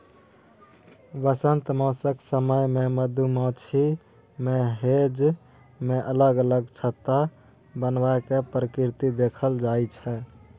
बसंमतसक समय मे मधुमाछी मे हेंज मे अलग अलग छत्ता बनेबाक प्रवृति देखल जाइ छै